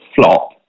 flop